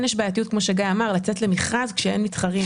כן יש בעייתיות כפי שגיא אמר לצאת למכרז כשאין מתחרים.